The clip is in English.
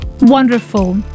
Wonderful